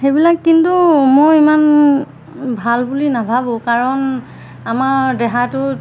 সেইবিলাক কিন্তু মই ইমান ভাল বুলি নাভাবোঁ কাৰণ আমাৰ দেহাটো